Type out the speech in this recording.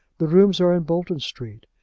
the rooms are in bolton street.